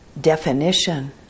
definition